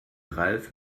ralf